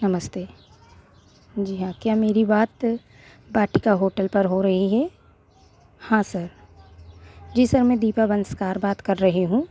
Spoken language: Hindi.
नमस्ते जी हाँ क्या मेरी बात वाटिका होटल पर हो रही है हाँ सर जी सर मैं दीपा वंशकार बात कर रही हूँ